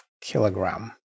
kilogram